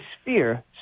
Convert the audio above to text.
sphere